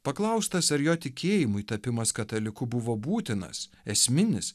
paklaustas ar jo tikėjimui tapimas kataliku buvo būtinas esminis